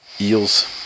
Eels